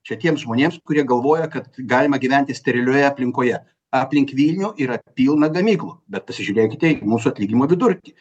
čia tiems žmonėms kurie galvoja kad galima gyventi sterilioje aplinkoje aplink vilnių yra pilna gamyklų bet pasižiūrėkite į mūsų atlyginimo vidurkį